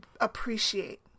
appreciate